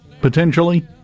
potentially